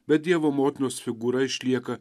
bet dievo motinos figūra išlieka